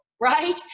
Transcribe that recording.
right